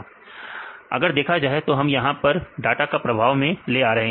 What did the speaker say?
अगर देखा जाए तो हम यहां पर डाटा का प्रभाव ले आ रहे हैं